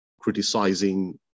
criticizing